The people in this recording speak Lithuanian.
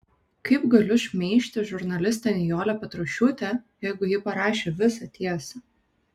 kaip galiu šmeižti žurnalistę nijolę petrošiūtę jeigu ji parašė visą tiesą